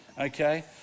Okay